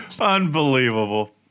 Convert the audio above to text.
Unbelievable